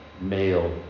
male